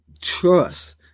trust